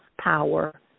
power